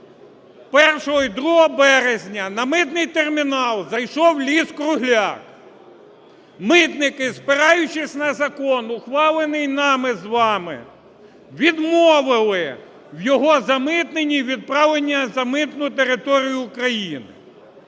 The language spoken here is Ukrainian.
1 і 2 березня на митний термінал зайшов ліс-кругляк. Митники, спираючись на закон, ухвалений нами з вами, відмовили в його замитненні і відправлення за митну територію України.